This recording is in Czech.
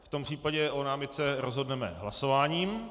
V tom případě o námitce rozhodneme hlasováním.